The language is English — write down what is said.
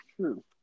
true